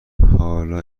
حالا